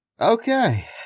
Okay